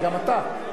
וגם אתה,